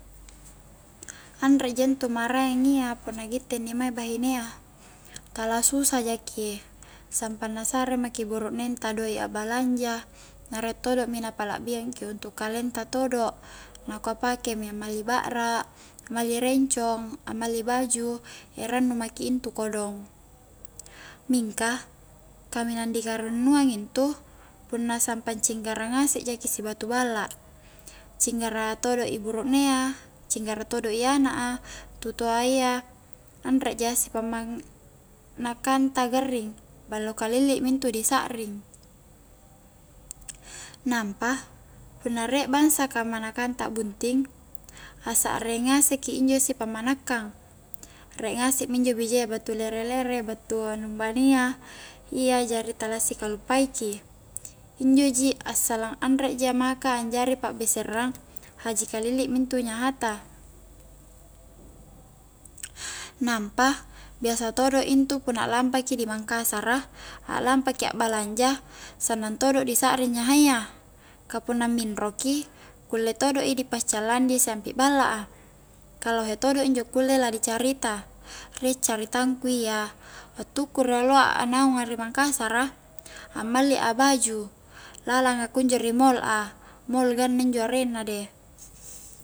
Anre ja intu maraeng iya punna kitte inni mae bahinea tala susa jaki sampang na sare maki burukneng ta doik a'balanja na rie todo mi na palla'biang ki untuk kaleng ta todo' nakua pake mi ammali ba'ra ammali rencong, ammali baju, erannu maki intu kodong mingka kaminang dikarannuang intu punna sampang cinggara ngasek jaki si batu balla cinggara todo i buruknea cinggara todoi anak a, tutoayya anre ja si pammanakang ta garring ballo kalilli mi intu disakring nampa punna rie bangsa kamanakang ta bunting a'saekre ngasekki injo sipammanakang riek ngasek mino bijayya battu lere-lere, battu nu ambania iya jari tala-tala sikallupai ki injo ji assalang anre ja maka anjari pa'beserang haji kalilli mintu nyaha ta nampa biasa todo intu punna lampaki di mangkasara aklampaki akbalanja sannang todo disakring nyaha iya ka punna minro ki kulle todo i di paccalang di siampi balla a ka lohe todo injo la dicarita riek caritangku iya wattuku rioloa a naunga ri mangkasara, ammali a baju lalanga kunjo di mol a, mol injo ganna areng na de